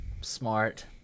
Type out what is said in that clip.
smart